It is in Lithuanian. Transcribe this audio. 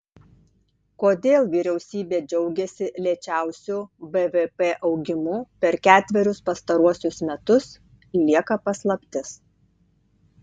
kodėl vyriausybė džiaugiasi lėčiausiu bvp augimu per ketverius pastaruosius metus lieka paslaptis